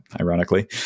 ironically